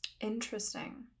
Interesting